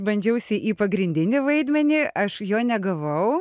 bandžiausi į pagrindinį vaidmenį aš jo negavau